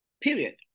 Period